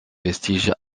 vestiges